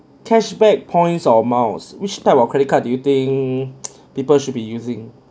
cashback points or miles which type of credit card do you think people should be using